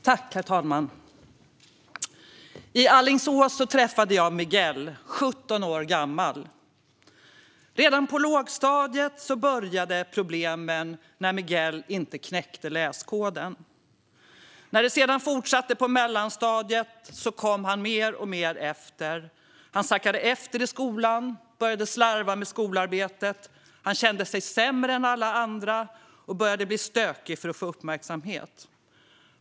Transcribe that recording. Herr talman! I Alingsås träffade jag Miguel, 17 år gammal. Redan på lågstadiet började problemen, när Miguel inte knäckte läskoden. När det sedan fortsatte på mellanstadiet kom han mer och mer efter. Han sackade efter i skolan och började slarva med skolarbetet. Han kände sig sämre än alla andra och började bli stökig för att få uppmärksamhet.